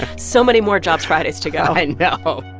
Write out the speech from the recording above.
so many more jobs fridays to go i and but